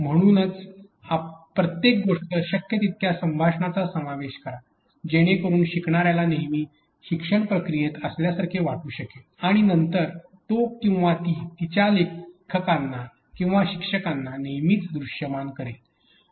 म्हणून प्रत्येक गोष्ट शक्य तितक्या संभाषणाचा समावेश करा जेणेकरून शिकणा्याला नेहमी शिक्षण प्रक्रियेत असल्यासारखे वाटू शकेल आणि नंतर तो किंवा ती तिच्या लेखकांना किंवा शिक्षकांना नेहमीच दृश्यमान करेल